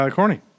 Corny